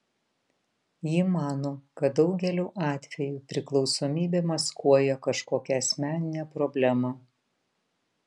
ji mano kad daugeliu atveju priklausomybė maskuoja kažkokią asmeninę problemą